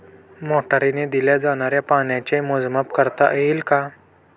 मोटरीने दिल्या जाणाऱ्या पाण्याचे मोजमाप करता येईल का?